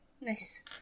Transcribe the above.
Nice